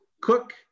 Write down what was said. Cook